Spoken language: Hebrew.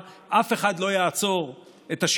אף אחד לא יוכל לעצור את המחאה,